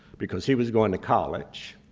because he was going to college.